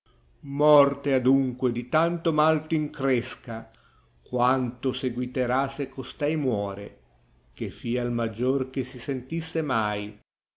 morte adunque di tantq mal t incresca quanto seguiterà sé costei muore che fa il maggior che si sentisse mai